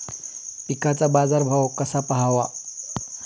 पिकांचा बाजार भाव कसा पहावा?